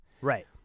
Right